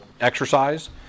exercise